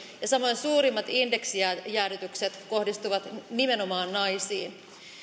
ja samoin suurimmat indeksijäädytykset kohdistuvat nimenomaan naisiin